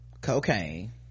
cocaine